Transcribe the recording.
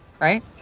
right